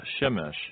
Shemesh